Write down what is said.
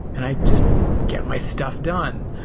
and i just get my stuff done.